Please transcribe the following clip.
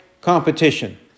competition